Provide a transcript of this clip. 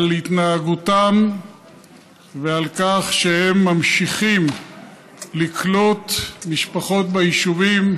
על התנהגותם ועל כך שהם ממשיכים לקלוט משפחות ביישובים,